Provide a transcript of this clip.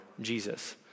Jesus